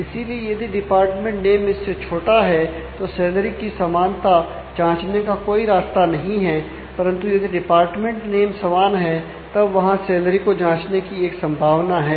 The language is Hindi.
इसीलिए यदि डिपार्टमेंट नेम इस से छोटा है तो सैलरी की समानता जांचने का कोई रास्ता नहीं है परंतु यदि डिपार्टमेंट नेम समान है तब वहां सैलरी को जांचने की एक संभावना है